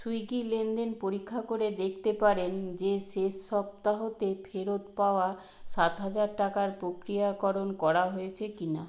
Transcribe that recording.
Swiggy লেনদেন পরীক্ষা করে দেখতে পারেন যে শেষ সপ্তাহতে ফেরত পাওয়া সাত হাজার টাকার পক্রিয়াকরণ করা হয়েছে কি না